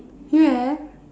you have